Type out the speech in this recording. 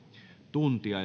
tuntia